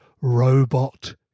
robot